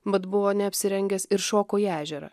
mat buvo neapsirengęs ir šoko į ežerą